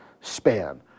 span